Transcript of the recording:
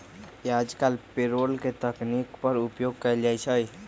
याजकाल पेरोल के तकनीक पर उपयोग कएल जाइ छइ